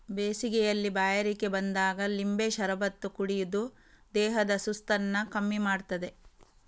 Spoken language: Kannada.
ಬೇಸಿಗೆಯಲ್ಲಿ ಬಾಯಾರಿಕೆ ಬಂದಾಗ ಲಿಂಬೆ ಶರಬತ್ತು ಕುಡಿಯುದು ದೇಹದ ಸುಸ್ತನ್ನ ಕಮ್ಮಿ ಮಾಡ್ತದೆ